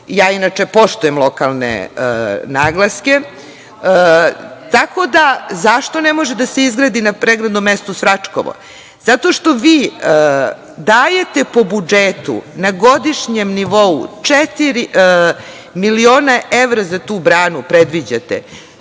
Ja inače poštujem lokalne naglaske. Tako da, zašto ne može da se izgradi na pregradnom mestu Svračkovo? Zato što vi dajete po budžetu na godišnjem nivou četiri miliona evra za tu branu, tj. predviđate.